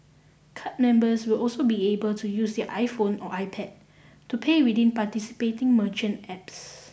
card members will also be able to use their iPhone or iPad to pay within participating merchant apps